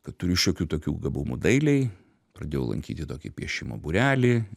kad turiu šiokių tokių gabumų dailėj pradėjau lankyti tokį piešimo būrelį